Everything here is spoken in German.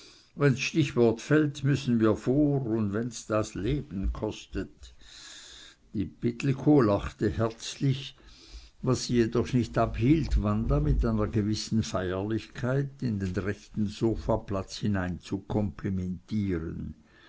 wenn s stichwort fällt müssen wir vor und wenn's das leben kostet die pittelkow lachte herzlich was sie jedoch nicht abhielt wanda mit einer gewissen feierlichkeit in den rechten sofaplatz hineinzukomplimentieren